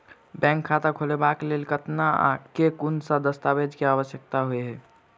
Bank खाता खोलबाबै केँ लेल केतना आ केँ कुन सा दस्तावेज केँ आवश्यकता होइ है?